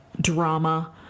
drama